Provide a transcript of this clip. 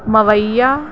Mawaiya